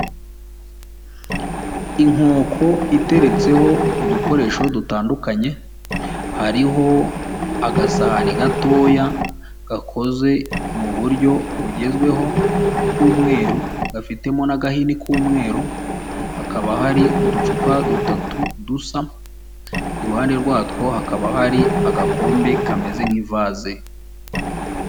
Inkoko iteretseho udukoresho dutandukanye, hariho agasahani gatoya gakoze mu buryo bugezweho k'umweru gafitemo n'agahini k'umweru, hakaba hari uducupa dutatu dusa, iruhande rwatwo hakaba hari agakombe kameze nk'ivaze.